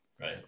right